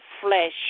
flesh